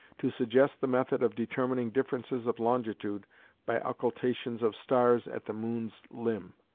to suggest the method of determining differences of longitude by occultations of stars at the moon's limb.